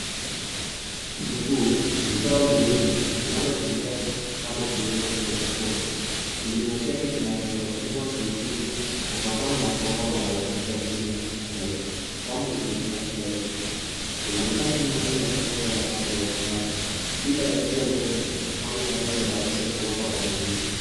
Kitunguu ni zao muhimu linalotumika kama kiungo cha chakula. Kilimo chake kina faida kubwa kiuchumi kutokana na soko la uhakika nchini na kimataifa kwani hutumika kila siku. Inahitaji maji ya kutosha wakati wa ukuaji ila yasiyo mengi kwani yanaweza sababisha kuoza kwa mizizi.